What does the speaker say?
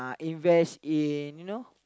invest in you know